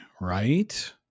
right